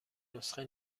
نسخه